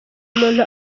umuntu